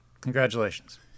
Congratulations